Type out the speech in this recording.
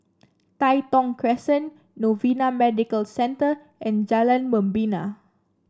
Tai Thong Crescent Novena Medical Centre and Jalan Membina